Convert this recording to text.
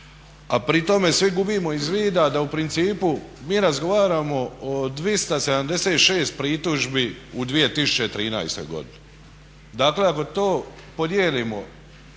a pri tome svi gubimo iz vida da u principu mi razgovaramo o 276 pritužbi u 2013. godini. Dakle ako to podijelimo,